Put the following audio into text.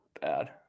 bad